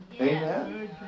Amen